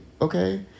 okay